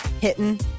hitting